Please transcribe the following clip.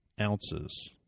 ounces